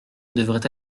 devrait